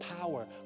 power